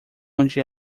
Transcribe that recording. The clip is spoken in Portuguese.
onde